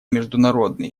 международные